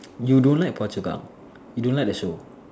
you don't like Phua-Chu-Kang you don't like the show